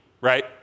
right